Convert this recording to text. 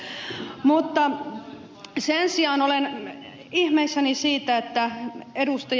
mutta sen sijaan olen ihmeissäni siitä että ed